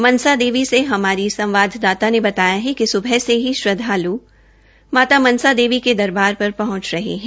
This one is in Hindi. मनसा देवी से हमारे संवाददाता ने बताया कि सुबह से ही श्रद्धाल् माता मनसा देवी के दरबार पर पहंच रहे हैं